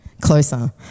Closer